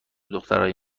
دخترای